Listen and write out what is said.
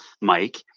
Mike –